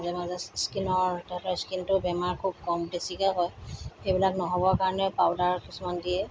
মাজে মাজে স্কীণৰ তাহাঁতৰ স্কীণটো বেমাৰটো খুব কম বেছিকৈ হয় সেইবিলাক নহ'বৰ কাৰণেও পাউডাৰ কিছুমান দিয়ে